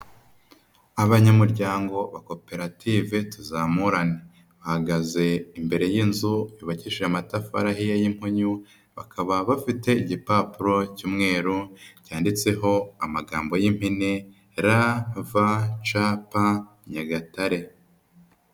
Abanyamuryango ba koperative Tuzamurane bahagaze imbere y'inzu yubakishije amatafari ahiye y'impunyu bakaba bafite igipapuro cy'umweru cyanditseho amagambo y'impine ra, va, ca, pa Nyagatare.